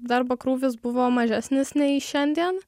darbo krūvis buvo mažesnis nei šiandien